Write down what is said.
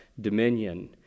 dominion